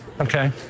okay